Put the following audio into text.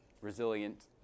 resilient